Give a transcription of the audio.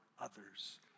others